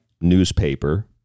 newspaper